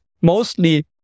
mostly